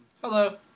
Hello